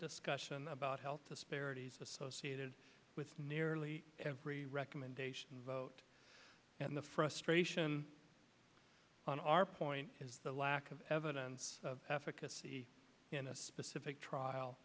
discussion about health disparities associated with nearly every recommendation vote and the frustration on our point is the lack of evidence of africa in a specific trial